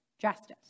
justice